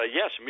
yes